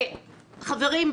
חברים,